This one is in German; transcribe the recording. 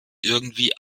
irgendwie